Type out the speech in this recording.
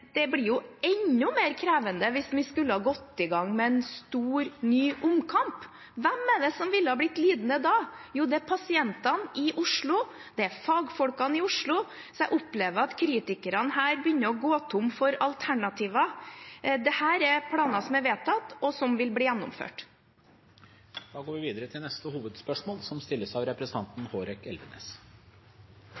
det ville jo blitt enda mer krevende hvis vi skulle ha gått i gang med en stor, ny omkamp. Hvem er det som ville ha blitt lidende da? Jo, det er pasientene i Oslo, og det er fagfolkene i Oslo. Så jeg opplever at kritikerne her begynner å gå tom for alternativer. Dette er planer som er vedtatt, og som vil bli gjennomført. Vi går videre til neste hovedspørsmål.